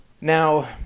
Now